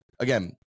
Again